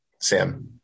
Sam